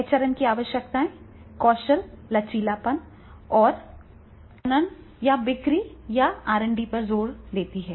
HRM की आवश्यकताएं कौशल लचीलापन और विपणन या बिक्री या आरएंडडी पर जोर देती हैं